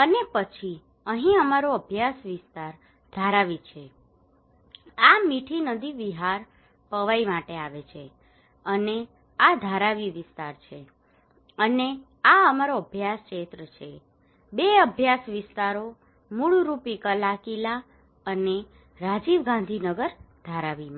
અને પછી અહીં અમારો અભ્યાસ વિસ્તાર ધારાવી છે આ મીઠી નદી વિહાર પવાઈ માટે આવે છે અને આ ધારાવી વિસ્તાર છે અને આ અમારો અભ્યાસ ક્ષેત્ર છે બે અભ્યાસ વિસ્તારો મૂળરૂપી કલાકીલા અને રાજીવ ગાંધી નગર ધારાવીમાં